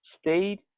stayed